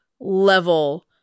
level